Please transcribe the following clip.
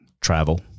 Travel